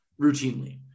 routinely